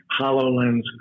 HoloLens